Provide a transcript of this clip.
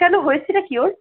কেন হয়েছেটা কী ওর